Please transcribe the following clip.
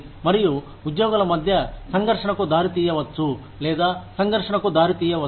మరియు ఉద్యోగుల మధ్య సంఘర్షణకు దారి తీయవచ్చు లేదా సంఘర్షణకు దారితీయవచ్చు